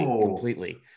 completely